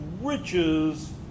riches